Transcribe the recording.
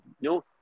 no